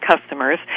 customers